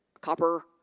copper